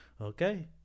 okay